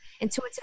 intuitive